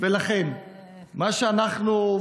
ולכן מה שאנחנו,